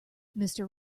mister